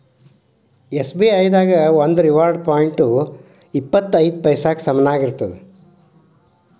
SBI ದಾಗ ಒಂದು reward point ರೊ ಇಪ್ಪತ್ ಐದ ಪೈಸಾಕ್ಕ ಸಮನಾಗಿರ್ತದ